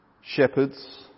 shepherds